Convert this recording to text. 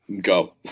go